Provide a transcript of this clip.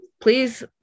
please